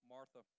Martha